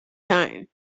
time